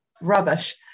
rubbish